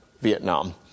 Vietnam